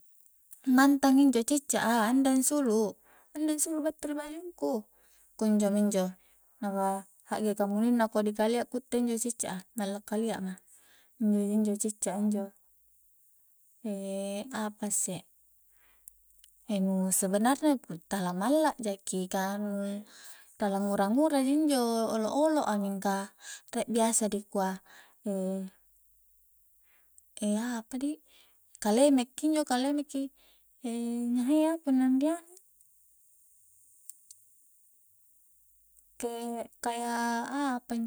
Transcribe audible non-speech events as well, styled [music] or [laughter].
Mantang injo cicca a anda ansulu-anda ansulu battu ri bajungku kunjo minjo [unintelligible] hakge kamuninna kodi kalia ku itte injo cicca a malla kalia ma injo-ji injo cicca a injo, [hesitation] apasse e nu sebenarna tala malla jaki tala ngura-nguraji injo olo-olo a mingka rie biasa dikua [hesitation] apadi kaleme kinjo kaleme ki [hesitation] nyaha iya punna ni anui kek kayak apa